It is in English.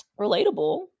Relatable